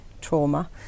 trauma